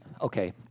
okay